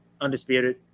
Undisputed